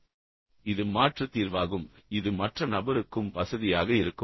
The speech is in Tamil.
எனவே இது மாற்று தீர்வாகும் இது மற்ற நபருக்கும் வசதியாக இருக்கும்